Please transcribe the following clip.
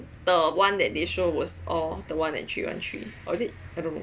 the one that they show was orh the one and three one three or is it I don't know